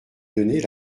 donner